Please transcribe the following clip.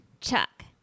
Chuck